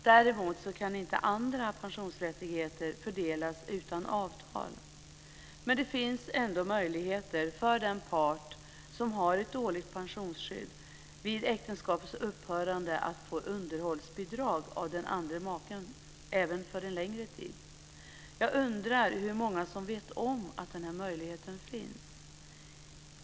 Däremot kan inte andra pensionsrättigheter fördelas utan avtal. Men det finns ändå möjligheter för den part som har ett dåligt pensionsskydd vid äktenskapets upphörande att få underhållsbidrag av den andra maken, även för en längre tid. Jag undrar hur många som vet om att den här möjligheten finns.